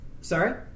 sorry